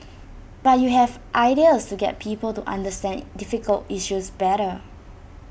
but you have ideas to get people to understand difficult issues better